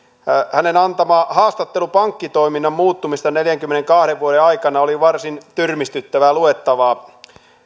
hänen antamansa haastattelu pankkitoiminnan muuttumisesta neljänkymmenenkahden vuoden aikana oli varsin tyrmistyttävää luettavaa